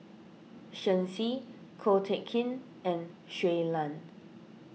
Shen Xi Ko Teck Kin and Shui Lan